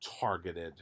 targeted